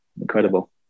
Incredible